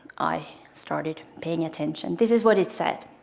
i started paying attention. this is what it said,